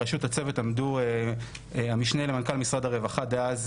בראשות הצוות עמדו המשנה למנכ"ל משרד הרווחה דאז,